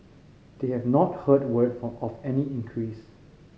they have not heard word from of any increase